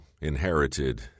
inherited